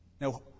Now